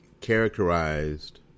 characterized